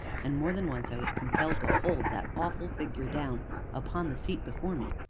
and, more than once, i was compelled to hold that awful figure down upon the seat before me,